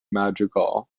madrigal